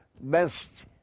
best